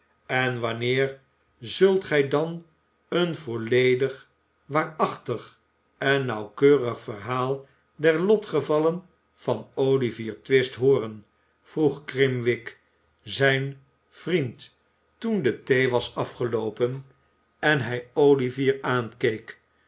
en wanneer zult gij dan een volledig waarachtig en nauwkeurig verhaal der lotgevallen van olivier twist hooren vroeg grimwig zijn olivier twist vriend toen de thee was afgeloopen en hij olivier aankeek